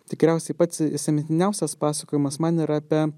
tikriausiai pats įsimintiniausias pasakojimas man yra apie